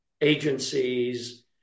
agencies